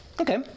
Okay